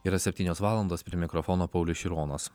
yra septynios valandos prie mikrofono paulius šironas